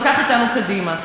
לקחת אותנו קדימה.